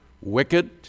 wicked